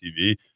TV